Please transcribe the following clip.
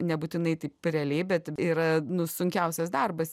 nebūtinai taip realiai bet yra nu sunkiausias darbas